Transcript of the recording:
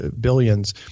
billions